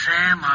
Sam